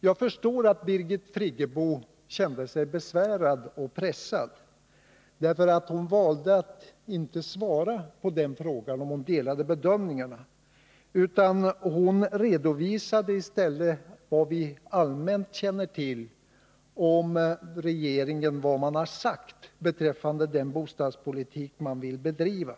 Jag förstår att Birgit Friggebo kände sig besvärad och pressad — hon valde att inte svara på frågan om hon delade bedömningarna, utan hon redovisade i stället det vi allmänt vet om vad regeringen har sagt beträffande den bostadspolitik som man vill bedriva.